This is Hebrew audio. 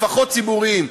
לפחות ציבוריים,